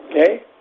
okay